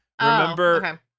Remember